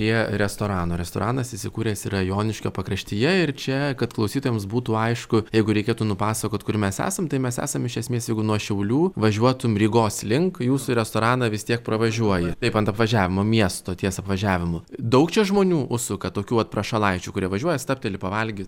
prie restorano restoranas įsikūręs yra joniškio pakraštyje ir čia kad klausytojams būtų aišku jeigu reikėtų nupasakot kur mes esam tai mes esam iš esmės jeigu nuo šiaulių važiuotum rygos link jūsų restoraną vis tiek pravažiuoji taip ant apvažiavimo miesto ties apvažiavimu daug čia žmonių užsuka tokių vat prašalaičių kurie važiuoja stabteli pavalgyt